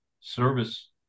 Service